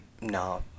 No